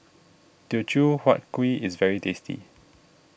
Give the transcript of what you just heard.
Teochew Huat Kuih is very tasty